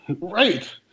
right